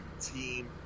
team